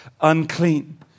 unclean